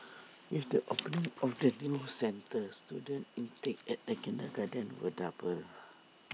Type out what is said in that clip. with the opening of the new centre student intake at the kindergarten will double